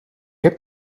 heb